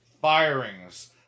firings